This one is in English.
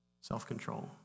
self-control